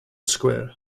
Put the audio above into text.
square